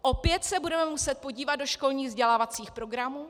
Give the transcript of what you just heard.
Opět se budeme muset podívat do školních vzdělávacích programů.